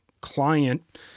client